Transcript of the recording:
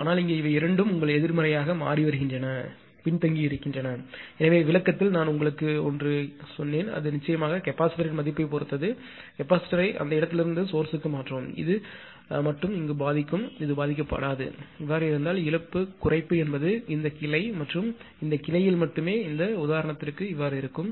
ஆனால் இங்கே இவை இரண்டும் உங்கள் எதிர்மறையாக மாறி வருகின்றனபின்தங்கியிருக்கின்றன எனவே விளக்கத்தில் நான் உங்களுக்கு ஒன்று சொன்னேன் அது நிச்சயமாக கெபாசிட்டர்ன் மதிப்பைப் பொறுத்தது கெபாசிட்டர் யை அந்த இடத்திலிருந்து சோர்ஸ்க்கு மாற்றவும் இது மட்டுமே பாதிக்கப்படும் பாதிக்கப்பட்டது என்றால் இழப்பு குறைப்பு என்பது இந்த கிளை மற்றும் இந்த கிளையில் மட்டுமே இந்த உதாரணத்திற்கு இருக்கும்